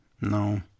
No